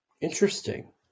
Interesting